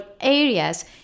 areas